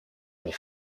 pour